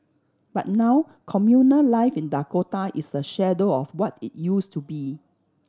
but now communal life in Dakota is a shadow of what it used to be